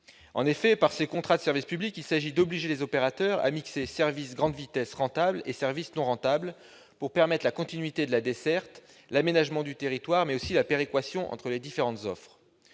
En effet, au travers de ces contrats de service public, il s'agit d'obliger les opérateurs à mixer services à grande vitesse rentables et services non rentables, pour permettre la continuité de la desserte, l'aménagement du territoire, mais aussi la péréquation entre les différentes offres.